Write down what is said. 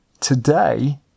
Today